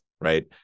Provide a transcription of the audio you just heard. Right